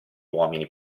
uomini